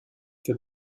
wir